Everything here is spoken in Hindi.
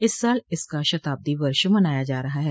इस साल इसका शताब्दी वर्ष मनाया जा रहा है